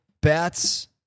Bats